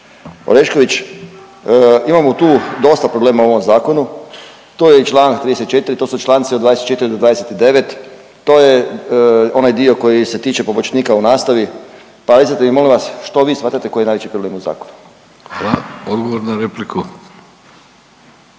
Orešković, imamo tu dosta problema u ovom zakonu, tu je i čl. 34., to su članci od 24. do 29., to je onaj dio koji se tiče pomoćnika u nastavi, pa recite mi molim vas što vi smatrate koji je najveći problem u zakonu? **Vidović, Davorko